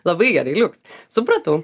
labai gerai liuks supratau